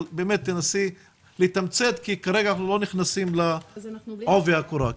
תנסי לתמצת כי כרגע אנחנו לא נכנסים לעובי הקורה.